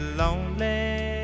lonely